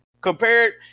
compared